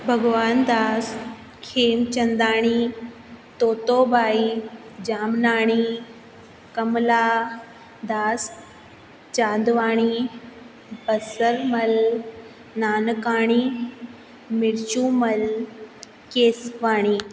Bhagwandas Khemchandani Toto Bhai Jamnani Kamla Das Chandwani Basarmal Nankani Mirchumal Keswani